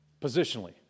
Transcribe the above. positionally